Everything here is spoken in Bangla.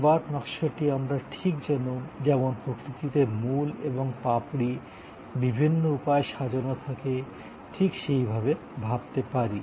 সেবার নকশাটি আমরা ঠিক যেমন প্রকৃতিতে মূল এবং পাপড়ি বিভিন্ন উপায়ে সাজানো থাকে ঠিক সেইভাবে ভাবতে পারি